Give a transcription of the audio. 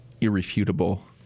irrefutable